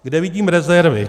Kde vidím rezervy?